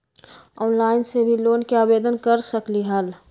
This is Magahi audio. ऑनलाइन से भी लोन के आवेदन कर सकलीहल?